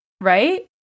Right